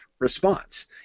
response